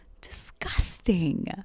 Disgusting